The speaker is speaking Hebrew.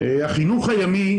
החינוך הימי,